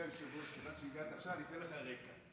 אדוני היושב-ראש, כיוון שהגעת עכשיו, אתן לך רקע.